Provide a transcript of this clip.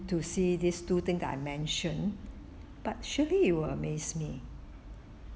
to see these two thing that I mention but surely it will amaze me